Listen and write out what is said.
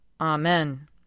Amen